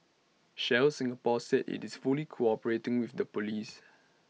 Shell Singapore said IT is fully cooperating with the Police